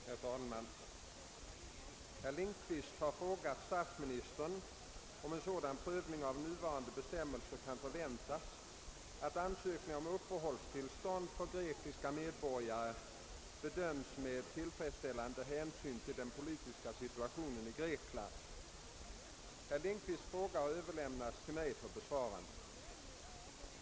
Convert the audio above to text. Herr talman! Herr Lindkvist har frågat statsministern, om en sådan prövning av nuvarande bestämmelser kan förväntas att ansökningar om uppehållstillstånd för grekiska medborgare bedöms med tillfredsställande hänsyn till den politiska situationen i Grekland. Herr Lindkvists fråga har överlämnats till mig för besvarande.